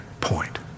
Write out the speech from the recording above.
point